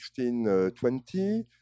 1620